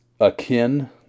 akin